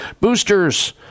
Boosters